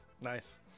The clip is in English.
Nice